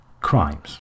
crimes